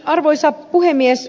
arvoisa puhemies